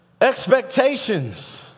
Expectations